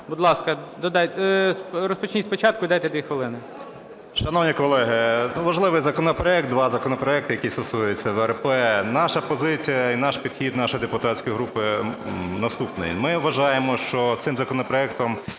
Будь ласка, розпочніть спочатку і дайте дві хвилини. 11:09:53 БАТЕНКО Т.І. Шановні колеги, важливий законопроект, два законопроекти, які стосуються ВРП. Наша позиція і наш підхід нашої депутатської групи наступний. Ми вважаємо, що цим законопроектом